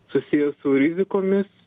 susiję su rizikomis